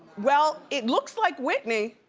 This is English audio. well it looks like whitney.